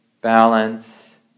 balance